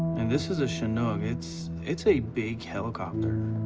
and this is a chinook. it's, it's a big helicopter,